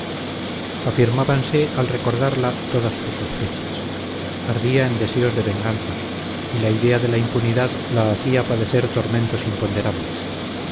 señora afirmábanse al recordarla todas sus sospechas ardía en deseos de venganza y la idea de la impunidad la hacía padecer tormentos imponderables